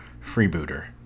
Freebooter